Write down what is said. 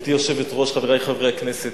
גברתי היושבת-ראש, חברי חברי הכנסת,